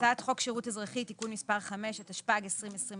הצעת חוק שירות אזרחי (תיקון מס' 5), התשפ"ג-2023